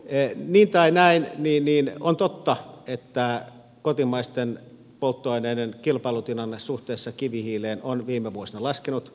niin tai näin on totta että kotimaisten polttoaineiden kilpailutilanne suhteessa kivihiileen on viime vuosina laskenut